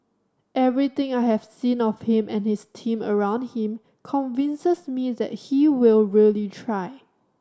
everything I have seen of him and his team around him convinces me that he will really try